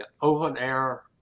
open-air